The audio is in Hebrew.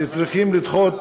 שצריכים לדחות,